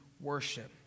worship